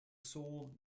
sole